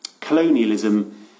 Colonialism